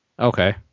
Okay